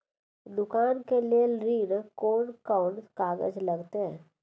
दुकान के लेल ऋण कोन कौन कागज लगतै?